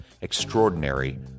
Extraordinary